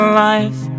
life